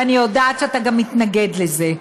ואני יודעת שאתה גם מתנגד לזה,